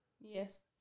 Yes